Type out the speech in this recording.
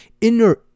inner